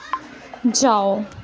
जाओ